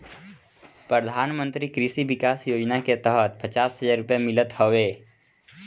प्रधानमंत्री कृषि विकास योजना के तहत पचास हजार रुपिया मिलत हवे